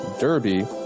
Derby